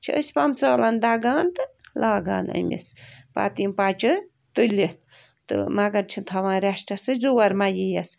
چھِ أسی پَمہٕ ژالن دَگان تہٕ لاگان أمِس پتہٕ یِم پَچہِ تُلِتھ تہٕ مگر چھِن تھَوان ریٚسٹسٕے زُور ما یِیٖیَس